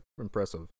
impressive